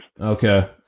Okay